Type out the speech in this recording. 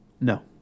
No